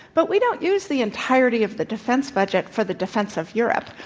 but we don't use the entirety of the defense budget for the defense of europe.